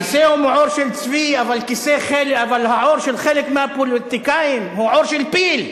הכיסא הוא מעור של צבי אבל העור של חלק מהפוליטיקאים הוא עור של פיל.